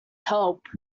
help